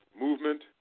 movement